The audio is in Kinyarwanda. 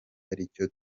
aricyo